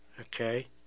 okay